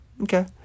okay